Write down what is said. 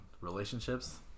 relationships